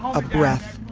a breath.